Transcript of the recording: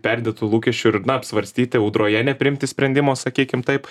perdėtų lūkesčių ir na apsvarstyti audroje nepriimti sprendimo sakykim taip